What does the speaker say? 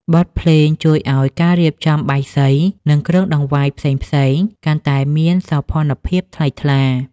បទភ្លេងជួយឱ្យការរៀបចំបាយសី និងគ្រឿងដង្វាយផ្សេងៗកាន់តែមានសោភ័ណភាពថ្លៃថ្លា។